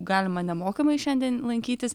galima nemokamai šiandien lankytis